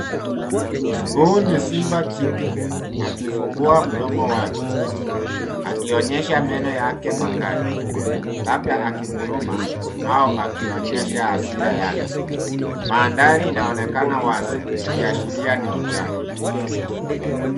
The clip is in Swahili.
Huu ni simba jike akifungua mdomo wake akionyesha meno yake makali, labda akinguruma au akionyesha hasira yake. Mandhari inaonekana wazi ikiashiria ni mchana.